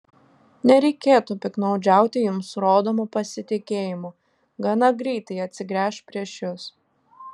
nereikėtų piktnaudžiauti jums rodomu pasitikėjimu gana greit tai atsigręš prieš jus